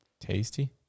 Tasty